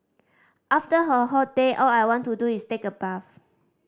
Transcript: after a hot day all I want to do is take a bath